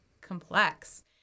complex